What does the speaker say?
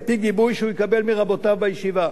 על-פי גיבוי שהוא יקבל מרבותיו בישיבה.